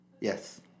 Yes